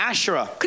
Asherah